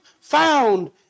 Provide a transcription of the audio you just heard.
found